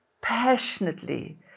passionately